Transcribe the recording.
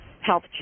health